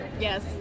yes